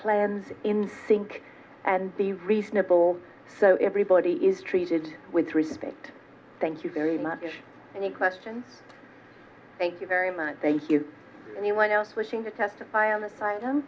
plan in sync and be reasonable so everybody is treated with respect thank you very much and the question thank you very much thank you anyone else wishing to testify on the side of